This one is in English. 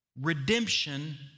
redemption